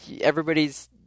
everybody's